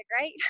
right